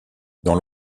dans